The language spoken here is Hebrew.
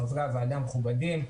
לחברי הוועדה המכובדים.